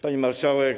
Pani Marszałek!